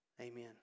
Amen